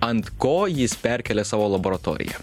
ant ko jis perkėlė savo laboratoriją